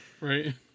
Right